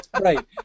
right